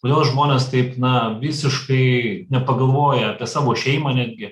kodėl žmonės taip na visiškai nepagalvoja apie savo šeimą netgi